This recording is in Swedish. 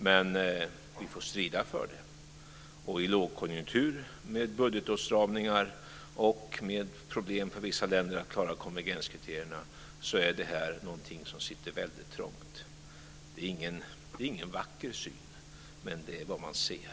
Men vi får strida för det. I lågkonjunktur, med budgetåtstramningar och med problem för vissa länder att klara konvergenskriterierna är detta något som sitter väldigt trångt. Det är ingen vacker syn, men det är tyvärr vad man ser.